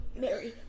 Mary